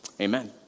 amen